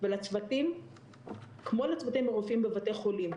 ולצוותים כמו לצוותים ולרופאים בבתי חולים.